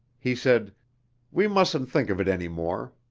he said we mustn't think of it any more.